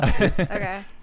Okay